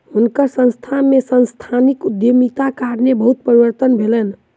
हुनकर संस्थान में सांस्थानिक उद्यमिताक कारणेँ बहुत परिवर्तन भेलैन